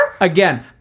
Again